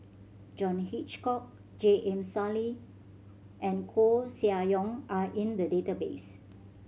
John Hitchcock J M Sali and Koeh Sia Yong are in the database